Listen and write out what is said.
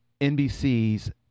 NBC's